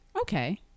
Okay